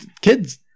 kids